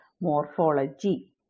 morphology